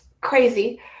crazy